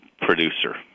producer